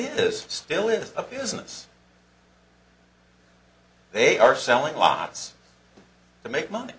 this still is a business they are selling lots to make money